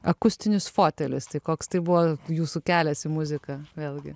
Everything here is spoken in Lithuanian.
akustinis fotelis tai koks tai buvo jūsų kelias į muziką vėlgi